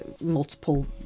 multiple